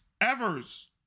Evers